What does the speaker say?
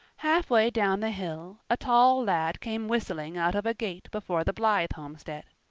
halfway down the hill a tall lad came whistling out of a gate before the blythe homestead.